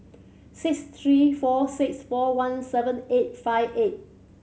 six three four six four one seven eight five eight